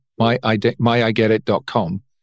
myigetit.com